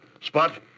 Spot